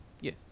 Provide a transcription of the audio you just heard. Yes